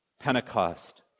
Pentecost